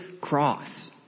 cross